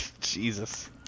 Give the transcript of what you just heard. Jesus